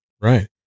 Right